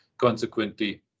Consequently